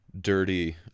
dirty